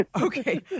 Okay